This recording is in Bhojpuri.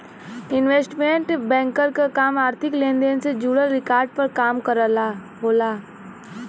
इन्वेस्टमेंट बैंकर क काम आर्थिक लेन देन से जुड़ल रिकॉर्ड पर काम करना होला